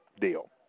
deal